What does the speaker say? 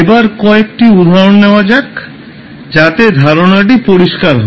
এবার কয়েকটি উদাহরণ নেওয়া যাক যাতে ধারণাটি পরিস্কার হয়